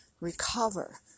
recover